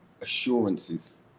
assurances